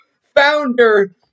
founder